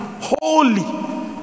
holy